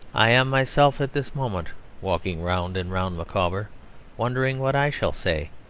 i am myself at this moment walking round and round micawber wondering what i shall say.